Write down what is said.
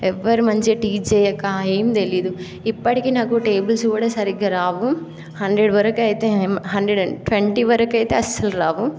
ఎవరూ మంచిగా టీచ్ చేయక ఏం తెలియదు ఇప్పటికి నాకు టేబుల్స్ కూడా సరిగ్గా రావు హండ్రెడ్ వరకు అయితే హండ్రెడ్ అండ్ ట్వంటీ వరకు అయితే అసలు రావు